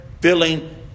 filling